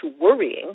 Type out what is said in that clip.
worrying